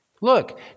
Look